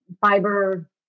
fiber